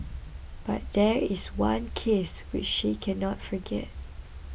but there is one case which she cannot forget